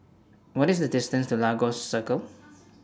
What IS The distance to Lagos Circle